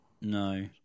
No